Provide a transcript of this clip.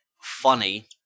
funny